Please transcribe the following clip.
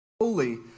holy